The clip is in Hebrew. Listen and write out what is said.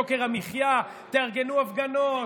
יוקר המחיה, תארגנו הפגנות.